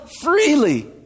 freely